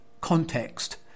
context